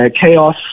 chaos